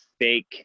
fake